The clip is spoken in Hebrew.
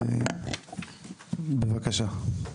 בבקשה.